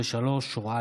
לפריפריה),